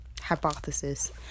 hypothesis